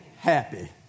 Happy